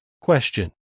Question